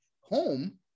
home